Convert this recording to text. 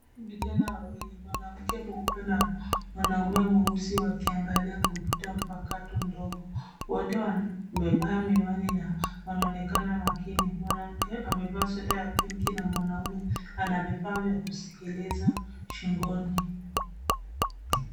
Vijana wawili mwanamke mweupe na mwanaume mweusi wakiangalia kompyuta mpakato ndogo. Wote wamevaa miwani na wanaonekana makini. Mwanamke amevaa sweta ya pinki na mwanaume ana vifaa vya kusikiliza shingoni.